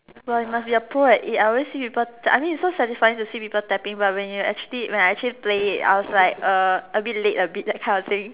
well you must be a Pro at it I always see people I mean it's so satisfying to see people tapping but when you are actually when I actually play it I was like a bit late a bit that kind of thing